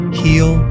heal